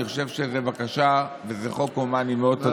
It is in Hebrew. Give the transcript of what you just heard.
אני חושב שזו בקשה, זה חוק הומני מאוד.